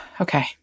okay